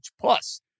Plus